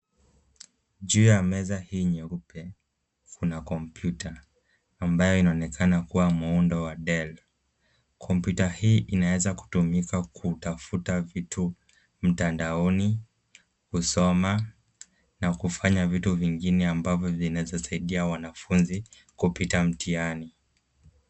Juu ya meza hii nyeupe, kuna kompyuta, ambayo inaonekana kuwa muundo wa Dell. Kompyuta hii inaeza kutumika kutafuta vitu mtandaoni, kusoma na kufanya vitu vingine ambavyo vinaeza saidia wanafunzi kupita mtihani.